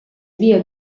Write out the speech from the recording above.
vie